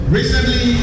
Recently